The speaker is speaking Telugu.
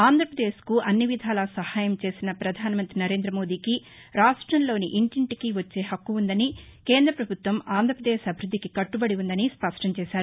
ఆంధ్రప్రదేశ్కు అన్నివిధాలా సహాయం చేసిన ప్రధాన మంత్రి నరేంద్ర మోదీకి రాష్టంలోని ఇంటింటికి వచ్చే హక్కు ఉందని కేంద్ర ప్రభుత్వం ఆంధ్రాపదేశ్ అభివృద్దికి కట్టబడి ఉందని స్పష్టం చేశారు